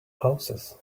houses